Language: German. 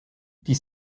die